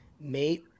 mate